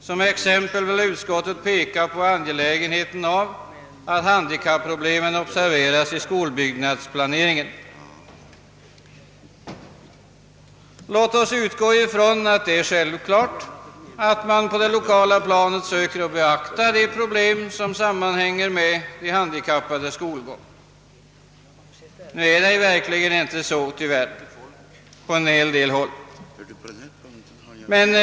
Som exempel vill utskottet peka på angelägenheten av att handikapproblemen observeras i skolbyggnadsplaneringen.» Låt oss utgå ifrån att det är självklart att man på det lokala planet vill beakta de problem som sammanhänger med de handikappades skolgång. I verkligheten är det tyvärr inte fallet på en hel del håll.